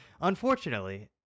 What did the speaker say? Unfortunately